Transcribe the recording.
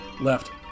Left